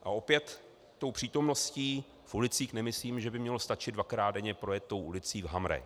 A opět tou přítomností v ulicích nemyslím, že by mělo stačit dvakrát denně projet tou ulicí v Hamrech.